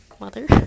mother